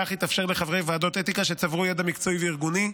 כך יתאפשר לחברי ועדות אתיקה שצברו ידע מקצועי וארגוני,